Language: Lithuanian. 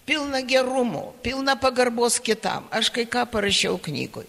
pilna gerumo pilna pagarbos kitam aš kai ką parašiau knygoj